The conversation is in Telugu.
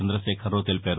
చంద్రదశేఖరరావు తెలిపారు